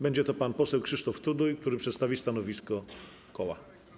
Będzie to pan poseł Krzysztof Tuduj, który przedstawi stanowisko koła.